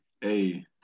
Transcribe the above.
Hey